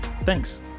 Thanks